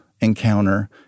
encounter